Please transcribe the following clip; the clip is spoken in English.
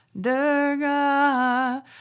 Durga